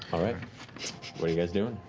all right, what are you guys doing?